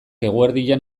eguerdian